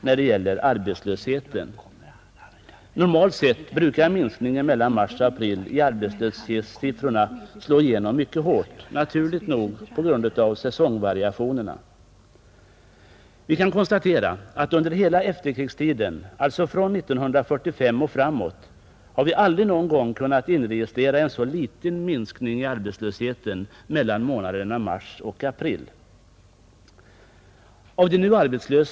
Normalt sett brukar minskningen i arbetslöshetssiffrorna mellan mars och april naturligt nog slå igenom mycket hårt på grund av säsongvariationerna, Vi kan konstatera att under hela efterkrigstiden — alltså från 1945 och framåt — har vi aldrig kunnat inregistrera en så liten minskning i arbetslösheten mellan månaderna mars och april som i år.